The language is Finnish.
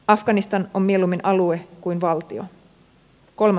afganistan on mieluummin alue kuin valtio